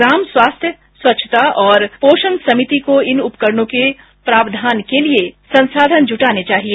ग्राम स्वास्थ्य स्वच्छता और पोषण समिति को इन उपकरणों के प्रावधान के लिए संसाधन जुटाने चाहिए